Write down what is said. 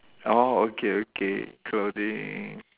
oh okay okay clothing